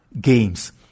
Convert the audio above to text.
games